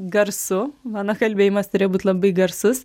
garsu mano kalbėjimas turėjo būt labai garsus